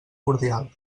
cordial